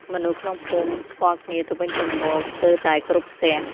មនុស្សក្នុងភូមិស្គាល់គ្នាទៅវិញទៅមកស្ទើរតែគ្រប់ផ្ទះ។